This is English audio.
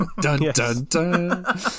Dun-dun-dun